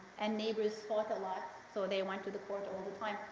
and neighbors fought a lot, so they went to the court all the time.